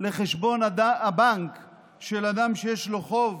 לחשבון הבנק של אדם שיש לו חוב